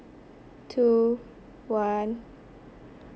two one